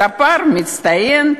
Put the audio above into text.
ספר מצטיין,